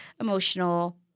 emotional